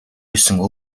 байсан